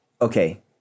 okay